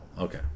Okay